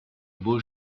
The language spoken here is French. beau